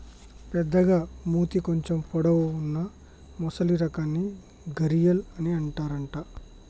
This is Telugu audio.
పెద్దగ మూతి కొంచెం పొడవు వున్నా మొసలి రకాన్ని గరియాల్ అని అంటారట